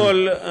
קודם כול,